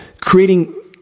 creating